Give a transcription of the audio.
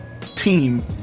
team